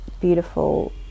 beautiful